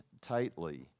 tightly